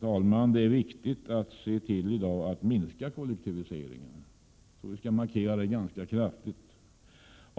talman! Det är viktigt att i dag se till att minska kollektiviseringen. Jag tror att vi skall markera detta ganska kraftigt.